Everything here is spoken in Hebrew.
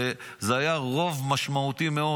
וזה היה רוב משמעותי מאוד.